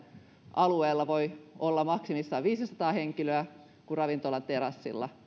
alueella voi olla maksimissaan viisisataa henkilöä kun ravintolan terassilla